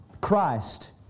Christ